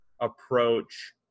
approach